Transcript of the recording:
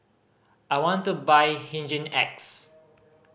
I want to buy Hygin X